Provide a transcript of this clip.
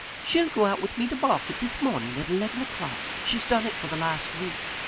she'll go out with me to market, this morning, at eleven o'clock. she's done it for the last week.